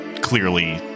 clearly